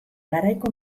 garaiko